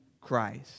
Christ